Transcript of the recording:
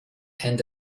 and